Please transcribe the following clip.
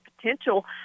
potential